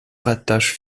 rattache